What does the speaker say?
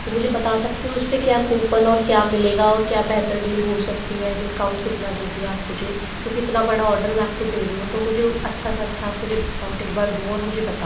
तो मुझे बता सकते हो उसपे क्या कूपन और क्या मिलेगा और क्या बेहतर डील हो सकती है डिस्काउंट कितना दोगे आप मुझे क्योंकि इतना बड़ा ऑर्डर मैं आपको दे रही हूँ तो मुझे अच्छा सा अच्छा आप मुझे डिस्काउंट एक बार दो और मुझे बताओ